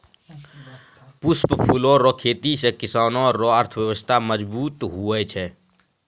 पुष्प फूलो रो खेती से किसान रो अर्थव्यबस्था मजगुत हुवै छै